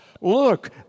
Look